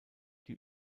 die